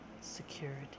security